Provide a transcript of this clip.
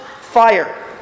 fire